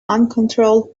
uncontrolled